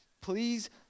please